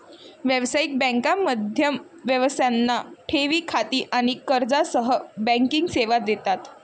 व्यावसायिक बँका मध्यम व्यवसायांना ठेवी खाती आणि कर्जासह बँकिंग सेवा देतात